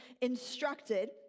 instructed